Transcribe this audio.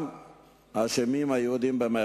"אשמים" יהודים.